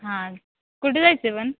हां कुठे जायचं आहे पण